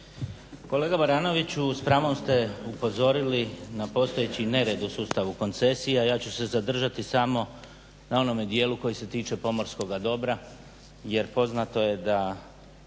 Kolega Baranoviću, s pravom ste upozorili na postojeći nered u sustavu koncesija, ja ću se zadržati samo na onome dijelu koji se tiče pomorskoga dobra, jer poznato je da